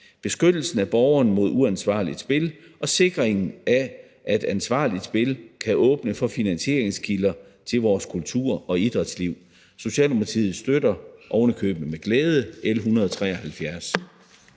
beskyttelsen af borgeren mod uansvarligt spil og sikringen af, at ansvarligt spil kan åbne for finansieringskilder til vores kultur- og idrætsliv. Socialdemokratiet støtter, ovenikøbet med glæde, L 173.